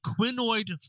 quinoid